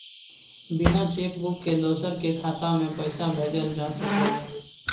बिना cheque book के दोसर के खाता में पैसा भेजल जा सकै ये?